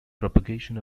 propagation